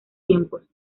tiempos